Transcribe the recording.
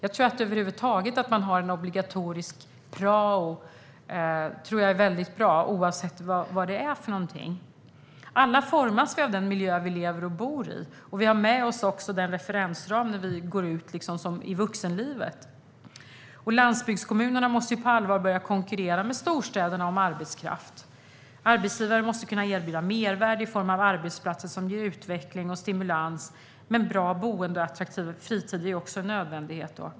Att man över huvud taget har en obligatorisk prao är väldigt bra oavsett vad det är för någonting. Alla formas vi av den miljö vi lever och bor i. Vi har också med oss den referensramen när vi går ut i vuxenlivet. Landsbygdskommunerna måste på allvar börja konkurrera med storstäderna med arbetskraft. Arbetsgivare måste kunna erbjuda mervärde i form av arbetsplatser som ger utveckling och stimulans. Men bra boende och attraktiv fritid är också en nödvändighet.